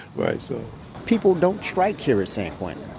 right, so people don't strike here at san quentin.